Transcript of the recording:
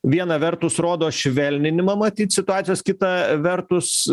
viena vertus rodo švelninimą matyt situacijos kita vertus